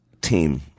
team